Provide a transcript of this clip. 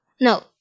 No